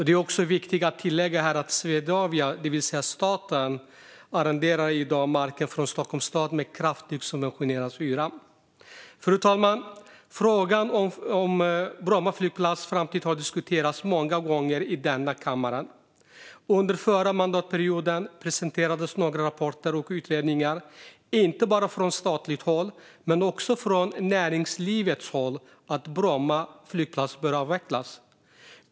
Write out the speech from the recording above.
Det är också viktigt att tillägga att Swedavia, det vill säga staten, i dag arrenderar marken från Stockholms stad med kraftigt subventionerad hyra. Fru talman! Frågan om Bromma flygplats framtid har diskuterats många gånger i denna kammare. Under förra mandatperioden presenterades några rapporter och utredningar inte bara från statligt håll utan också från näringslivet om att Bromma flygplats bör avvecklas.